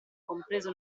compreso